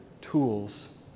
tools